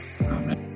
Amen